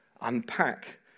unpack